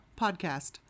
podcast